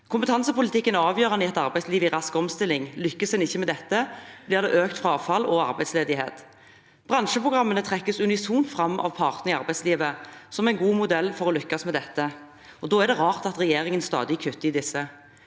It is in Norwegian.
Kompetansepolitikken er avgjørende i et arbeidsliv i rask omstilling. Lykkes en ikke med dette, blir det økt frafall og arbeidsledighet. Bransjeprogrammene trekkes unisont fram av partene i arbeidslivet som en god modell for å lykkes med det. Da er det rart at regjeringen stadig kutter i disse.